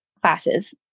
classes